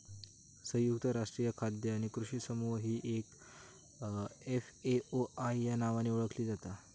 संयुक्त राष्ट्रीय खाद्य आणि कृषी समूह ही एफ.ए.ओ या नावाने ओळखली जातत